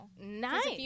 nice